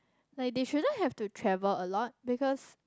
like they shouldn't have to travel a lot because